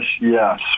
yes